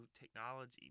technology